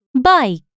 bike